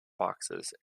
boxes